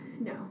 No